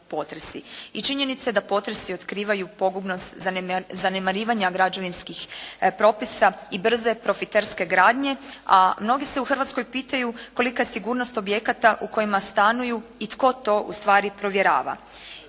i činjenica da potresi otkrivaju pogubnost zanemarivanja građevinskih propisa i brze profiterske gradnje, a mnogi se u Hrvatskoj pitaju kolika je sigurnost objekata u kojima stanuju i tko to ustvari provjerava.